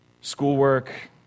Schoolwork